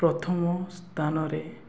ପ୍ରଥମ ସ୍ଥାନରେ